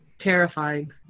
terrifying